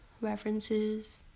references